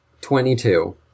Twenty-two